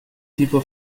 tipo